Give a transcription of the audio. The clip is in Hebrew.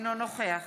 אינו נוכח